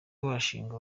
washingwa